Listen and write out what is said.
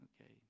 okay